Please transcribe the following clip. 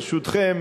ברשותכם,